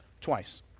twice